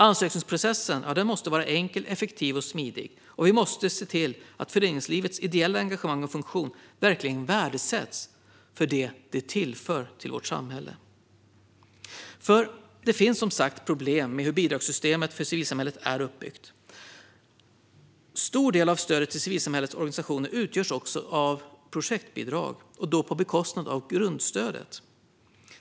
Ansökningsprocessen måste vara enkel, effektiv och smidig, och vi måste se till att föreningslivets ideella engagemang och funktion verkligen värdesätts för det som de tillför till vårt samhälle. Det finns som sagt problem med hur bidragssystemet för civilsamhället är uppbyggt. En stor del av stödet till civilsamhällets organisationer utgörs av projektbidrag på bekostnad av grundstödet.